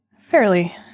fairly